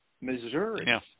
Missouri